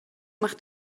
macht